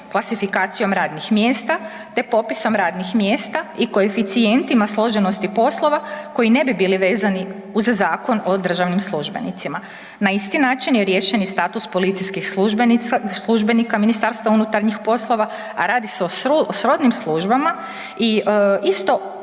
klasifikacijom radnih mjesta, te popisom radnih mjesta i koeficijentima složenosti poslova koji ne bi bili vezani uz Zakon o državnim službenicima. Na isti način je riješen i status policijskih službenika MUP-a, a radi se o srodnim službama i isto